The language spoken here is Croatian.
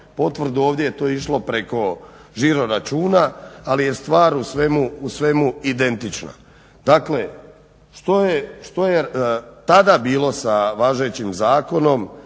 potvrdu jel to je išlo preko žiroračuna ali je stvar u svemu identična. Dakle što je tada bilo sa važećim zakonom